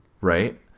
right